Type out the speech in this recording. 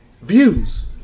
Views